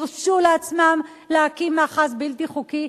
הרשו לעצמם להקים מאחז בלתי חוקי,